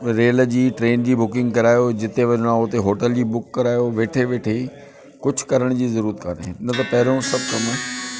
rail जी train जी booking करायो जिते वञिणो आहे उते होटल जी बुक करायो वेठे वेठे ई कुझु करण जी ज़रूरत कोन्हे न त पहरियों ई सभु कम